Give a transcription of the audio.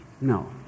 No